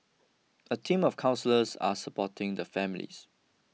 a team of counsellors are supporting the families